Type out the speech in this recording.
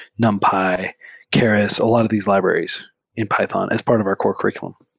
numpy, keras, a lot of these libraries in python as part of our core curr iculum.